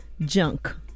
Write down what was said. junk